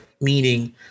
meaning